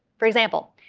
for example,